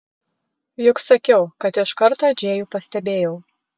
juk sakiau kad iš karto džėjų pastebėjau